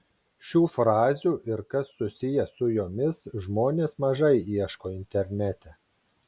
šių frazių ir kas susiję su jomis žmonės mažai ieško internete